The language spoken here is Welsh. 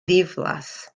ddiflas